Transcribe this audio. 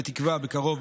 בתקווה שבקרוב,